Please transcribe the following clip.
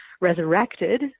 resurrected